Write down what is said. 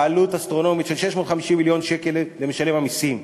בעלות אסטרונומית של 650 מיליון שקל למשלם המסים,